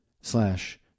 slash